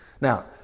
Now